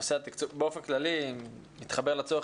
נושא התקצוב באופן כללי מתחבר לצורך